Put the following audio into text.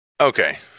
Okay